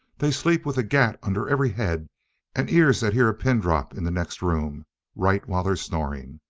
they sleep with a gat under every head and ears that hear a pin drop in the next room right while they're snoring.